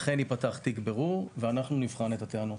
אכן ייפתח תיק בירור ואנחנו נבחן את הטענות.